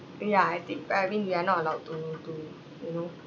ya I think uh I mean we are not allowed to to you know